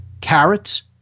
carrots